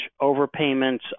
overpayments